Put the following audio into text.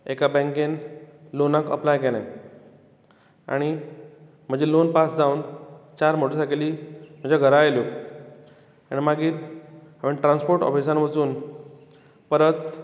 एका बँकेंत लॉनाक अप्लाय केलें आनी म्हजें लॉन पास जावन चार मोयरसायकली म्हज्या घरा आयल्यो आनी मागीर हांवें ट्रांस्पोर्ट ऑफिसांत वचून परत